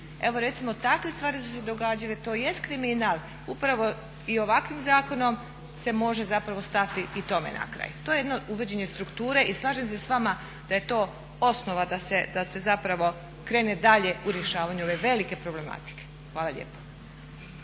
Evo recimo takve stvari su se događale tj. kriminal. Upravo i ovakvim zakonom se može zapravo stati i tome na kraj. To je jedno uvođenje strukture i slažem se s vama da je to osnova da se zapravo krene dalje u rješavanje ove velike problematike. Hvala lijepo.